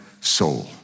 soul